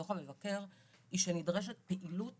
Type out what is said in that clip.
דו"ח המבקר, היא שנדרשת פעילות